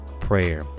prayer